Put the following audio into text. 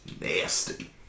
Nasty